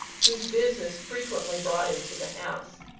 whose business frequently brought him to the house.